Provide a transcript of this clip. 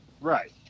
right